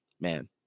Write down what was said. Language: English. man